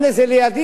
זה לידי,